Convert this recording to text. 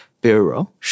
Bureau